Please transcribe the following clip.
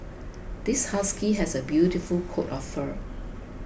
this husky has a beautiful coat of fur